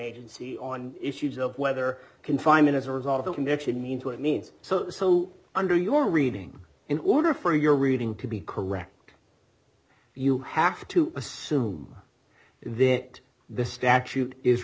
agency on issues of whether confinement as a result of the commission means what it means so so under your reading in order for your reading to be correct you have to assume then that the statute is